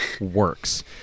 works